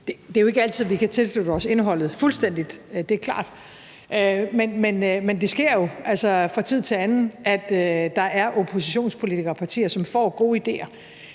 Det er jo ikke altid, vi kan tilslutte os indholdet af et beslutningsforslag fuldstændigt, det er klart, men det sker jo fra tid til anden, at der er oppositionspolitikere og partier, som får gode idéer,